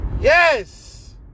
yes